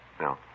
No